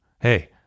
Hey